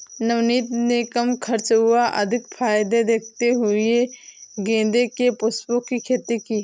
नवनीत ने कम खर्च व अधिक फायदे देखते हुए गेंदे के पुष्पों की खेती की